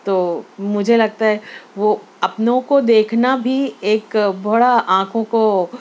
تو مجھے لگتا ہے وہ اپنوں کو دیکھنا بھی ایک بڑا آنکھوں کو